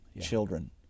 children